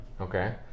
Okay